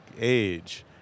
age